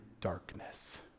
darkness